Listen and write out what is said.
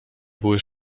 były